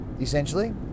essentially